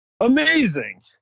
amazing